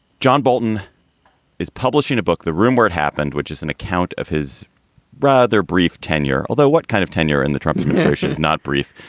john bolton is publishing a book, the room where it happened, which is an account of his rather brief tenure, although what kind of tenure in the trump administration is not brief?